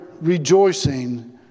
rejoicing